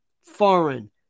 Foreign